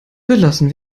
belassen